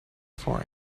for